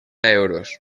euros